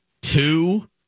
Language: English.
two